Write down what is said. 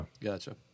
Gotcha